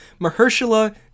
Mahershala